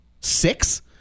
six